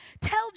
Tell